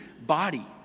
body